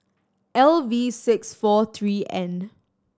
L V six four three N